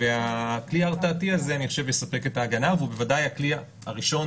והכלי ההרתעתי הזה אני חושב יספק את ההגנה והוא בוודאי הכלי הראשון,